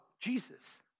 Jesus